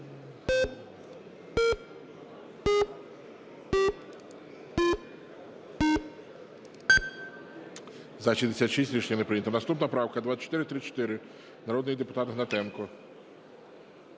Наступна правка - 2434, народний депутат Гнатенко.